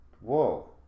whoa